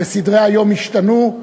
וסדרי היום ישתנו.